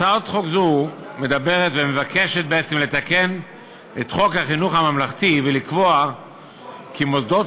הצעת חוק זו מדברת ומבקשת בעצם לתקן את חוק חינוך ממלכתי ולקבוע כי מוסדות